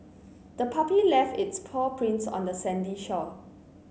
the puppy left its paw prints on the sandy shore